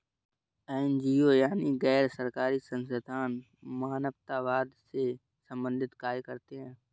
NGO यानी गैर सरकारी संस्थान मानवतावाद से संबंधित कार्य करते हैं